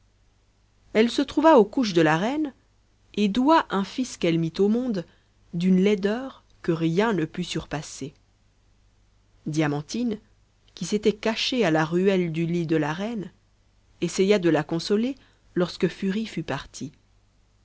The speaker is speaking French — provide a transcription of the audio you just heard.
elle se trouva aux couches de la reine et doua un fils qu'elle mit au monde d'une laideur que rien ne pût surpasser diamantine qui s'était cachée à la ruelle du lit de la reine essaya de la consoler lorsque furie fut partie